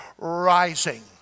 rising